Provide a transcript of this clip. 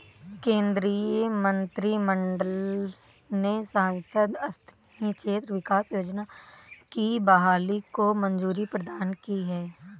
केन्द्रीय मंत्रिमंडल ने सांसद स्थानीय क्षेत्र विकास योजना की बहाली को मंज़ूरी प्रदान की है